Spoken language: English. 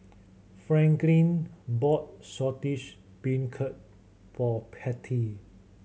Franklyn bought Saltish Beancurd for Patty